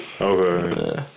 Okay